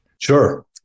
sure